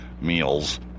meals